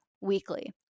weekly